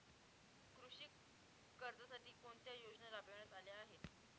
कृषी कर्जासाठी कोणत्या योजना राबविण्यात आल्या आहेत?